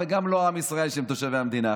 גם לא עם ישראל שהם תושבי המדינה,